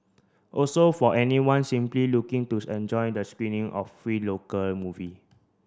also for anyone simply looking to enjoy the screening of free local movie